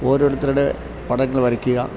ഓരോരുത്തരുടെ പടങ്ങൾ വരയ്ക്കുക